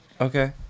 Okay